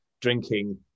drinking